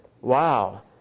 wow